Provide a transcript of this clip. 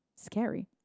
Scary